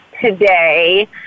today